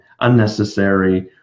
unnecessary